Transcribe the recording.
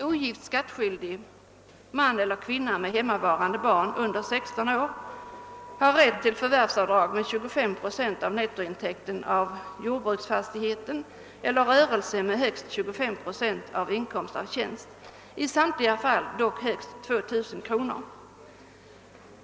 Ogift skattskyldig man eller kvinna med hemmavarande barn under 16 år har rätt till förvärvsavdrag med 25 procent av nettointäkten av jordbruksfastighet eller rörelse och med högst 25 procent av inkomst av tjänst, i samtliga fall dock högst med 2 000 kr.